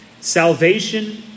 Salvation